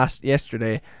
yesterday